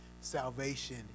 salvation